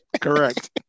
correct